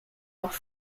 auch